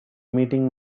meeting